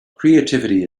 creativity